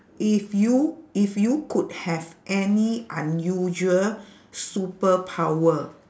if you if you could have any unusual superpower